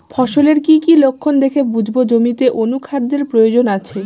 ফসলের কি কি লক্ষণ দেখে বুঝব জমিতে অনুখাদ্যের প্রয়োজন আছে?